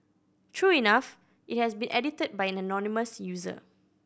true enough it has been edited by an anonymous user